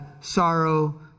sorrow